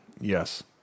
Yes